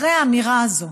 אחרי האמירה הזאת,